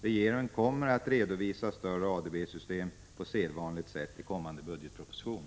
Regeringen kommer att redovisa större ADB-system på sedvanligt sätt i kommande budgetproposition.